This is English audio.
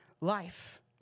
life